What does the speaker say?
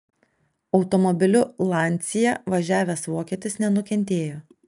automobiliu lancia važiavęs vokietis nenukentėjo